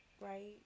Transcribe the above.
right